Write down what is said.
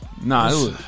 Nah